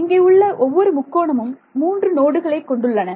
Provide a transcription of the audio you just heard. இங்கே உள்ள ஒவ்வொரு முக்கோணமும் 3 நோடுகளை கொண்டுள்ளன